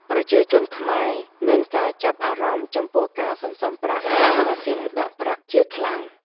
ប្រជាជនខ្មែរ មានការចាប់អារម្មណ៍ចំពោះការសន្សំប្រាក់ក្នុងម៉ាស៊ីនដាក់ប្រាក់ជាខ្លាំង។